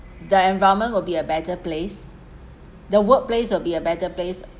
the environment will be a better place the workplace will be a better place